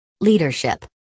Leadership